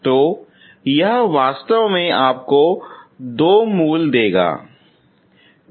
तो यह वास्तव में आपको दो जड़ें दे देंगे